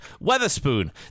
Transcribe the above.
Weatherspoon